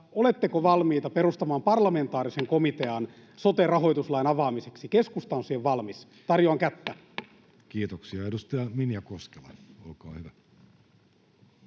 Oletteko valmiita perustamaan parlamentaarisen komitean sote-rahoituslain avaamiseksi? Keskusta on siihen valmis, tarjoan kättä. Kiitoksia. — Edustaja Minja Koskela, olkaa hyvä.